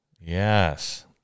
Yes